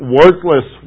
worthless